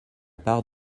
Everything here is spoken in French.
part